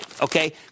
Okay